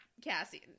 Cassie